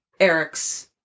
Eric's